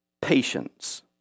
patience